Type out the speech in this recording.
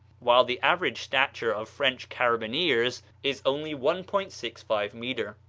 while the average stature of french carabineers is only one point six five metre.